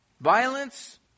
violence